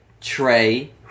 Trey